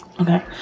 Okay